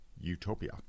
utopia